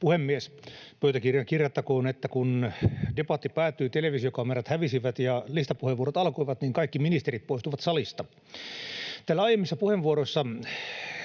Pöytäkirjaan kirjattakoon, että kun debatti päättyi, televisiokamerat hävisivät ja listapuheenvuorot alkoivat, niin kaikki ministerit poistuivat salista. — Täällä aiemmissa puheenvuoroissa